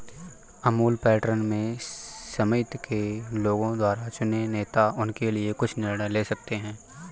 Amul pattern में समिति के लोगों द्वारा चुने नेता उनके लिए कुछ निर्णय ले सकते हैं